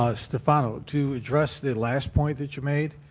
ah stefano, to address the last point that you made,